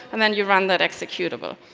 and then you run that executable.